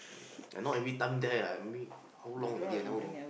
I not every time there lah I meet how long already I never go